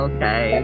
Okay